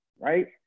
right